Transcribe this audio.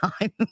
time